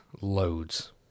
Loads